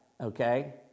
okay